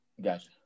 Gotcha